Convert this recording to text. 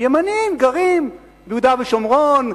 ימנים גרים ביהודה ושומרון,